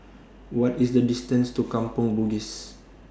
What IS The distance to Kampong Bugis